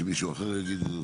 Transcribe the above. שמישהו אחר יגיד.